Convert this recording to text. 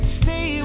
stay